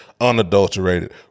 unadulterated